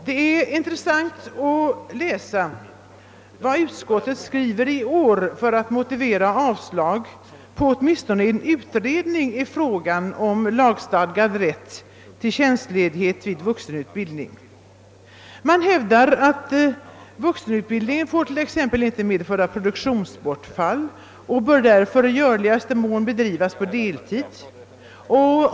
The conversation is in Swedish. Det är intressant att läsa vad utskottet i år skriver för att motivera ett avslag på åtminstone en begäran om utredning av frågan om lagstadgad rätt till tjänstledighet vid vuxenutbildning. Utskottet hävdar att vuxenutbildningen inte får medföra produktionsbortfall och därför i görligaste mån bör bedrivas på deltid.